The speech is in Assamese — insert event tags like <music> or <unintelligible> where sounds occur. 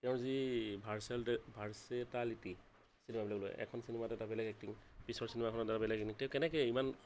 তেওঁৰ যি <unintelligible> ভাৰ্চেটাইলিৰ্টি চিনেমাবিলাকক লৈ এখন চিনেমাত এটা বেলেগ এক্টিং পিছৰ চিনেমাখনত এটা বেলেগ <unintelligible> কেনেকৈ ইমান